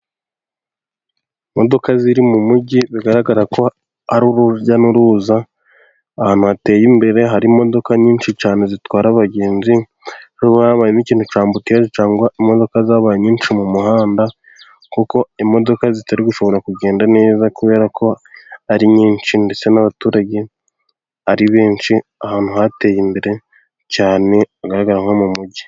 Imodoka ziri mu mujyi bigaragara ko ari urujya n'uruza. Ahantu hateye imbere hari imodoka nyinshi cyane zitwara abagenzi, habaye imikino itera ambutiyaje, cyangwa imodoka zabaye nyinshi mu muhanda, kuko imodoka zitari gushobora kugenda neza kubera ko ari nyinshi, ndetse n'abaturage ari benshi, ahantu hateye imbere cyane bagaragara nko mu mujyi.